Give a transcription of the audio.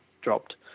dropped